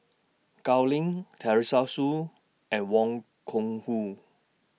Gao Ning Teresa Hsu and Wang Gungwu